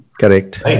Correct